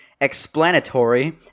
explanatory